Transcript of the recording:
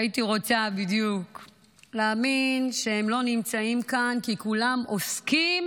הייתי רוצה להאמין שהם לא נמצאים כאן כי כולם עוסקים